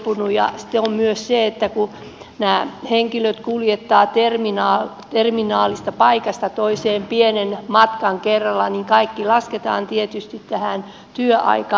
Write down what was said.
sitten on myös se että kun nämä henkilöt kuljettavat terminaalista paikasta toiseen pienen matkan kerrallaan niin kaikki lasketaan tietysti tähän työaikalakiin